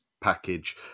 package